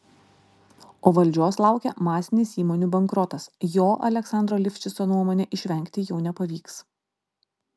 o valdžios laukia masinis įmonių bankrotas jo aleksandro lifšico nuomone išvengti jau nepavyks